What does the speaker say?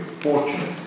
fortunate